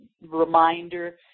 reminder